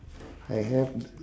I have t~